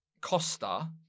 Costa